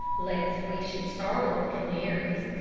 lest we should startle the canaries.